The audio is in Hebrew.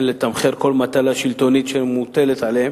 לתמחר כל מטלה שלטונית שמוטלת עליהם,